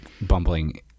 bumbling